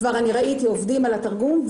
כבר ראיתי שעובדים על התרגום,